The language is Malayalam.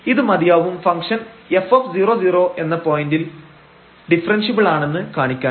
ഇതു മതിയാവും ഫംഗ്ഷൻ f00 എന്ന പോയന്റിൽ ഡിഫറെൻഷ്യബിൾ ആണെന്ന് കാണിക്കാൻ